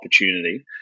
opportunity